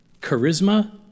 Charisma